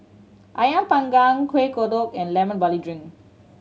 Ayam Panggang Kueh Kodok and Lemon Barley Drink